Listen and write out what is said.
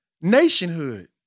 nationhood